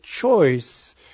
choice